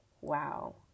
Wow